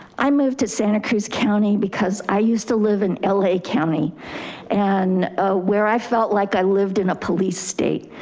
i moved to santa cruz county because i used to live in ah la county and where i felt like i lived in a police state.